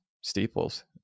steeples